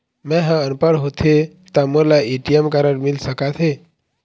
मैं ह अनपढ़ होथे ता मोला ए.टी.एम कारड मिल सका थे?